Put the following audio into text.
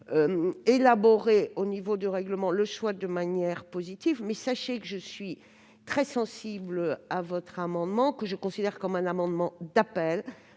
élaboré au niveau réglementaire le sera de manière constructive. Sachez que je suis très sensible à votre amendement, que je considère comme un amendement d'appel,